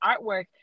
artwork